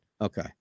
Okay